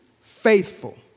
faithful